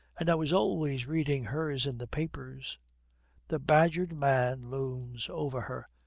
and i was always reading hers in the papers the badgered man looms over her,